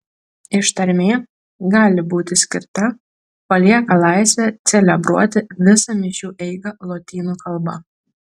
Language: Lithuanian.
ištarmė gali būti skirta palieka laisvę celebruoti visą mišių eigą lotynų kalba